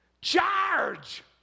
charge